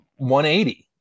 180